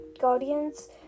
Guardian's